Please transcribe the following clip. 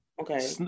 Okay